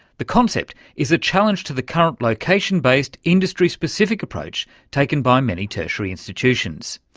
the concept is a challenge to the current location-based, industry specific approach taken by many tertiary institutions.